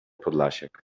podlasiak